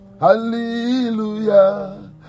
Hallelujah